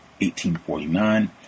1849